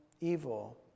evil